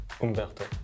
Umberto